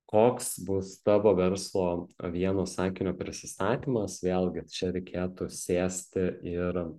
koks bus tavo verslo vieno sakinio prisistatymas vėlgi čia reikėtų sėsti ir